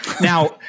Now